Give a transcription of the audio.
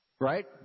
Right